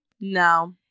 no